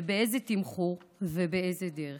באיזה תמחור ובאיזה דרך.